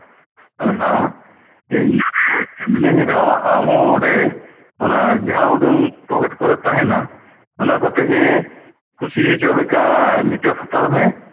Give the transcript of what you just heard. ᱠᱟᱹᱢᱤ ᱠᱟᱱᱟ ᱤᱧ ᱱᱚᱸᱰᱮ ᱢᱤᱱᱟᱹᱧ ᱨᱮᱦᱚᱸ ᱟᱢ ᱦᱚᱸ ᱚᱸᱰᱮ ᱚᱱᱟ ᱡᱟ ᱩᱰᱟᱹᱝ ᱯᱚᱠᱮᱴ ᱠᱚᱨᱮ ᱛᱟᱦᱮᱱᱟ ᱚᱱᱟ ᱠᱚᱛᱮ ᱜᱮ ᱠᱩᱥᱤ ᱦᱚᱪᱚᱞᱮᱠᱟ ᱢᱮᱠᱟᱯ ᱦᱟᱛᱟᱲ ᱢᱮ